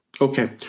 Okay